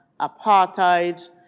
Apartheid